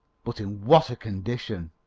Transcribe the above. but in what a condition.